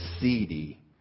seedy